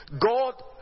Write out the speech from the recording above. God